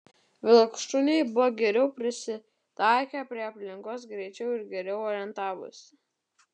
vilkšuniai buvo geriau prisitaikę prie aplinkos greičiau ir geriau orientavosi